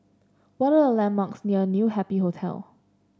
what are the landmarks near New Happy Hotel